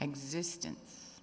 existence